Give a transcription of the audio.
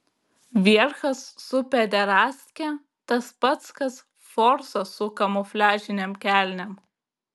vierchas su pederastke tas pats kas forsas su kamufliažinėm kelnėm